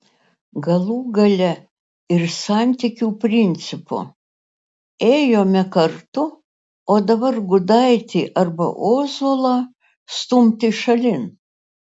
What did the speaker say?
galų gale ir santykių principo ėjome kartu o dabar gudaitį arba ozolą stumti šalin